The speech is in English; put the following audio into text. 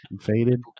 Faded